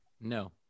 No